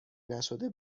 نشده